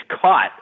caught